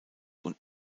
und